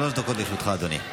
שלוש דקות לרשותך, אדוני.